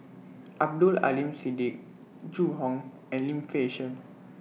Abdul Aleem Siddique Zhu Hong and Lim Fei Shen